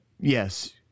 yes